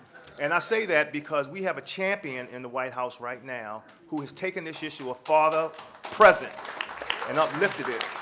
and i say that because we have a champion in the white house right now who has taken this issue of father presence and uplifted it